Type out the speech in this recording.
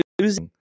losing